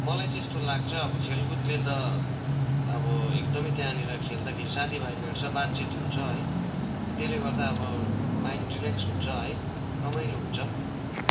मलाई चाहिँ यस्तो लाग्छ अब खेलकुदले त अब एकदमै त्यहाँनिर खेल्दाखेरि साथीभाइ भेट्छ बातचित हुन्छ है त्यसले गर्दा अब माइन्ड रिल्याक्स हुन्छ है रमाइलो हुन्छ